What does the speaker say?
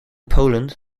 poland